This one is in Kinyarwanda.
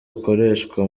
bukoreshwa